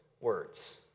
words